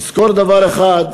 נזכור דבר אחד: